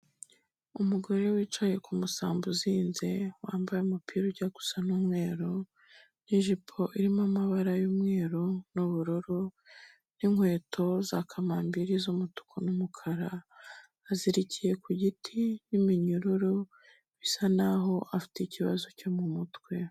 Umugore wicaye ku musambi uzinze, wambaye umupira ujya gusa n'umweru, n'ijipo irimo amabara y'umweru n'ubururu n'inkweto za kamambiri z'umutuku n'umukara, azirikiye ku giti n'iminyururu bisa naho afite ikibazo cyo mu mutwe.